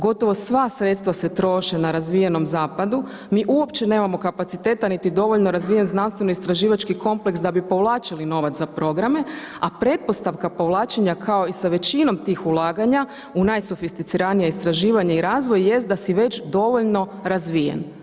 Gotovo sva sredstva se troše na razvijenom zapadu, mi uopće nemamo kapaciteta niti dovoljno razvijen znanstveno istraživački kompleks da bi povlačili novac za programe, a pretpostavka povlačenja kao i sa većinom tih ulaganja u najsofisticiranija istraživanja i razvoj jest da si već dovoljno razvijen.